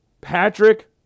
Patrick